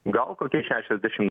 gal kokie šešiasdešim